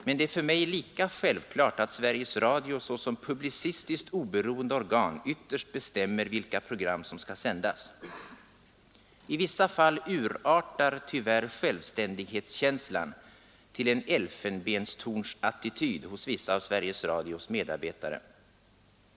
Men det är för mig lika självklart att Sveriges Radio såsom publicistiskt oberoende organ ytterst bestämmer vilka program som skall sändas. I vissa fall urartar tyvärr självständighetskänslan till en elfenbenstornsattityd hos vissa av Sveriges Radios medarbetare.